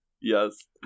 yes